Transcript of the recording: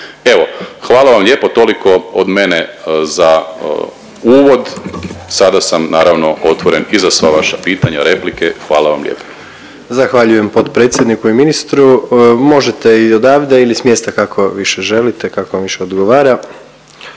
Evo, hvala vam lijepo, toliko od mene za uvod, sada sam naravno otvoren i za sva vaša pitanja, replike, hvala vam lijepa. **Jandroković, Gordan (HDZ)** Zahvaljujem potpredsjedniku i ministru, možete i odavde ili s mjesta, kako više želite, kako vam više odgovara.